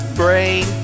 brain